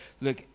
look